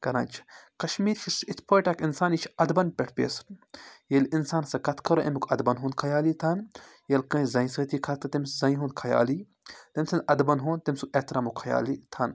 کَران چھِ کشمیٖر اِتھ پٲٹھۍ اَکھ اِنسان یہِ چھُ اَدبَن پٮ۪ٹھ پیسُن ییٚلہِ اِنسان سُہ کَتھ کَرو اَمیُک اَدبَن ہُنٛد خیالی تھان ییٚلہِ کٲنٛسہِ زَنہِ سۭتی خاص تٔمِس زَنہِ ہُنٛد خیالی تٔمۍ سٕنٛدِ اَدبَن ہُنٛد تٔمۍ سُنٛد احتِرامُک خیالی تھان